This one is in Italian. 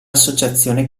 associazione